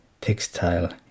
textile